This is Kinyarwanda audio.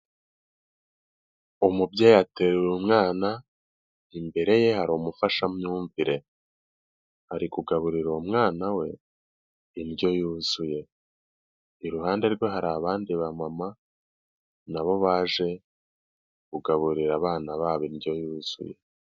Umubyeyi atera umwana imbere ye hari umufashamyumvire ari kugaburira uwo umwana we indyo yuzuye, iruhande rwe hari abandi bamama nabo baje kugaburira abana babo indyo yuzuye.